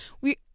we-